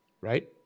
Right